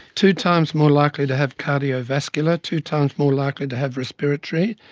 two times more likely to have cardiovascular, two times more likely to have respiratory,